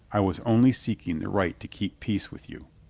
i was only seeking the right to keep peace with you.